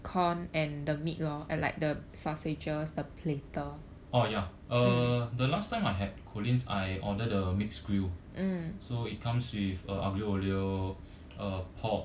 orh ya uh the last time I had collin's I order the mix grill so it comes with uh aglio olio uh pork